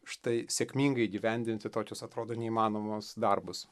štai sėkmingai įgyvendinti tokius atrodo neįmanomus darbus